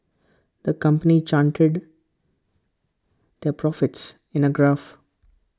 the company charted their profits in A graph